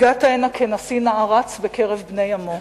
הגעת הנה כנשיא נערץ בקרב בני עמו,